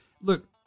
Look